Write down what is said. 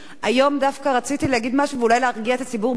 היום דווקא רציתי להגיד משהו ואולי להרגיע את הציבור בבית.